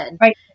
Right